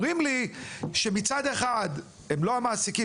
אומרים לי שמצד אחד הם לא המעסיקים,